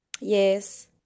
Yes